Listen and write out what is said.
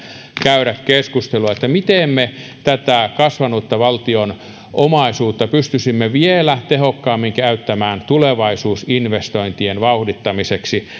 käydä keskustelua miten me tätä kasvanutta valtion omaisuutta pystyisimme vielä tehokkaammin käyttämään tulevaisuusinvestointien vauhdittamiseksi